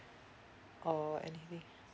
or anyway